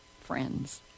Friends